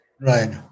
right